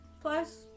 Plus